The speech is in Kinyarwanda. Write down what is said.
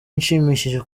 inshimishije